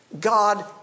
God